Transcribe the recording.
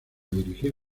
dirigir